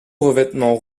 revêtement